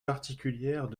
particulière